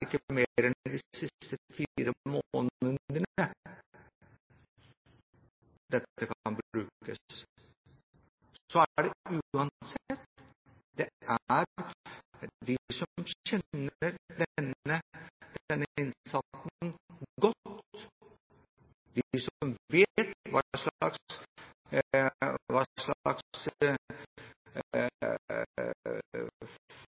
ikke er mer enn de siste fire månedene før forventet prøveløslatelse, dette kan brukes. Uansett er det de som kjenner den innsatte godt, de